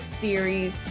Series